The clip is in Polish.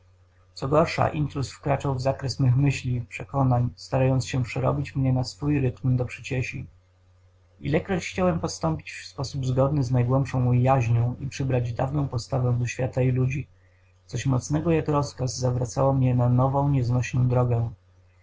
co gorsza intruz wkraczał w zakres mych myśli przekonań starając się przerobić mnie na swój rytm do przyciesi ilekroć chciałem postąpić w sposób zgodny z najgłębszą mą jaźnią i przybrać dawną postawę do świata i ludzi coś mocnego jak rozkaz zawracało mnie na nową nieznośną drogę